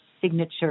Signature